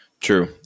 True